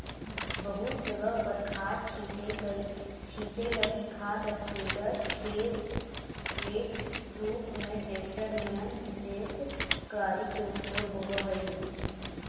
बहुत जगह पर खाद छीटे लगी खाद स्प्रेडर के रूप में ट्रेक्टर निअन विशेष गाड़ी के उपयोग होव हई